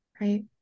right